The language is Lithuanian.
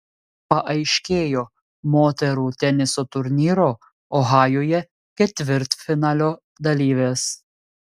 paaiškėjo moterų teniso turnyro ohajuje ketvirtfinalio dalyvės